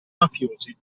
mafiosi